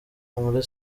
muri